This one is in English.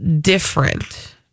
different